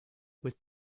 with